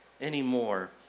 anymore